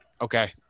Okay